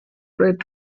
red